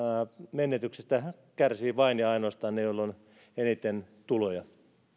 menetyksestä kärsivät vain ja ainoastaan ne joilla on eniten tuloja